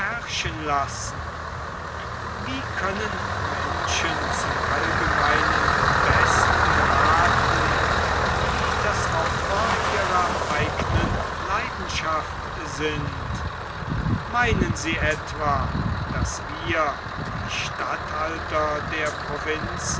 lassen wie können menschen zum allgemeinen besten rathen die das opfer ihrer eignen leidenschaft sind meinen sie etwa daß wir die statthalter der provinzen